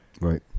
Right